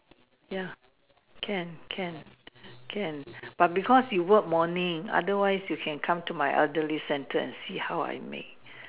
ya can can can but because you work morning otherwise you can come to my elderly centre and see how I make